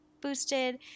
boosted